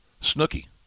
Snooky